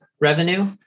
revenue